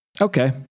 Okay